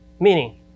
Meaning